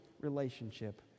relationship